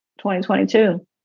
2022